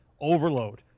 overload